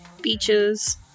beaches